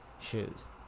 shoes